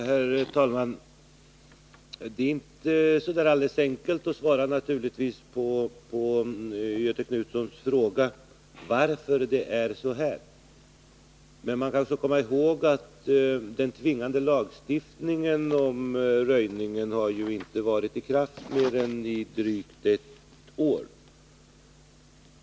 Herr talman! Det är naturligtvis inte så enkelt att svara på Göthe Knutsons fråga om varför det är så här, men man skall komma ihåg att den tvingande lagstiftningen om röjning inte har varit i kraft under mer än drygt ett år.